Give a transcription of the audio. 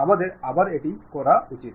আমাদের আবার এটি করা যাক